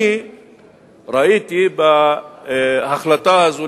אני ראיתי בהחלטה הזאת,